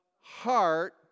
heart